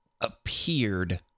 appeared